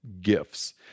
gifts